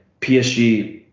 PSG